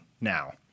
now